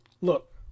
Look